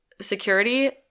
security